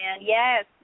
Yes